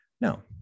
No